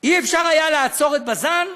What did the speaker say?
אי-אפשר היה לעצור את בז"ן?